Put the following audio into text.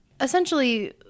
essentially